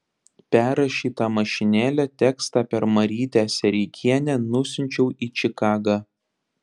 perrašytą mašinėle tekstą per marytę sereikienę nusiunčiau į čikagą